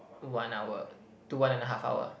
one hour to one and a half hour